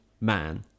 man